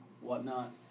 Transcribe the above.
whatnot